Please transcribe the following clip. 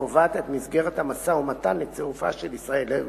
הקובעת את מסגרת המשא-ומתן לצירופה של ישראל לארגון.